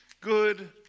good